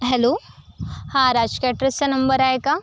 hello हा राज कॅट्रसचा number आहे का